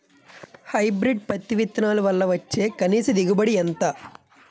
Hybrid పత్తి విత్తనాలు వల్ల వచ్చే కనీస దిగుబడి ఎంత?